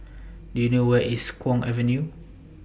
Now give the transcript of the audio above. Do YOU know Where IS Kwong Avenue